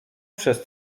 przez